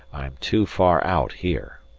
i am too far out here.